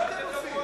מה אתם עושים?